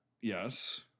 Yes